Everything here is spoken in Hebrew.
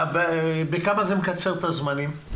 בכמה זה מקצר את הזמנים?